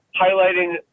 highlighting